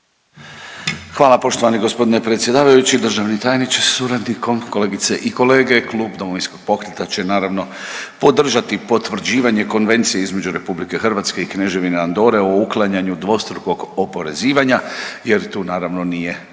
Hvala poštovani gospodine predsjedavajući, državni tajniče sa suradnikom, kolegice i kolege. Klub Domovinskog pokreta će naravno podržati potvrđivanje Konvencije između Republike Hrvatske i Kneževine Andore o uklanjanju dvostrukog oporezivanja, jer tu naravno nije